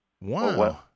Wow